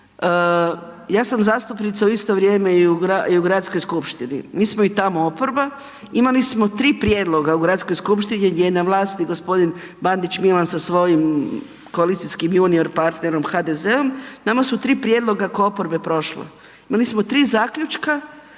ja sam zastupnica u isto vrijeme i u Gradskoj skupštini, mi smo i tamo oporba, imali smo tri prijedloga u Gradskoj skupštini gdje je na vlasti gospodin Bandić Milan sa svojim koalicijskim junior partnerom HDZ-om, nama su tri prijedloga ko oporbe prošla. Imali smo tri zaključka